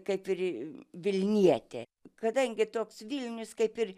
kaip ir vilnietė kadangi toks vilnius kaip ir